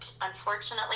unfortunately